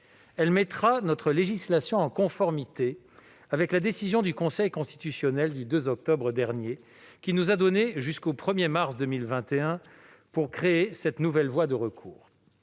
Elle mettra notre législation en conformité avec la décision du Conseil constitutionnel du 2 octobre dernier, qui nous a donné jusqu'au 1 mars 2021 pour créer cette nouvelle voie de recours.